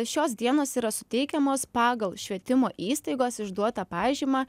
šios dienos yra suteikiamos pagal švietimo įstaigos išduotą pažymą